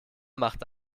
macht